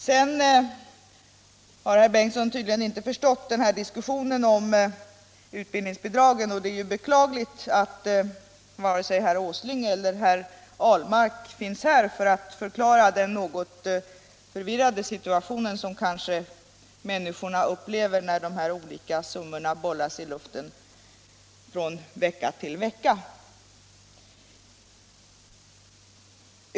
Sedan har herr förste vice talmannen Bengtson tydligen inte förstått diskussionen om utbildningsbidragen, och det är beklagligt att varken herr Åsling eller herr Ahlmark finns här för att förklara den något förvirrade situation som människorna kanske upplever när de olika summorna bollas i luften från vecka till vecka.